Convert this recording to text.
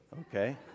Okay